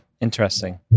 interesting